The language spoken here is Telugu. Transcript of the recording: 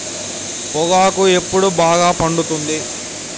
పొగాకు ఎప్పుడు బాగా పండుతుంది?